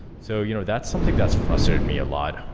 so you know that's something that's frustrated me a lot.